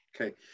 Okay